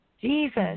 Jesus